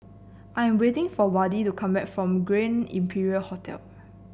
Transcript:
I'm waiting for Wayde to come back from Grand Imperial Hotel